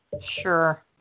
Sure